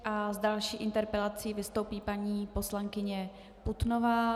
S další interpelací vystoupí paní poslankyně Putnová.